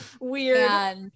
Weird